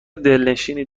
دلنشینی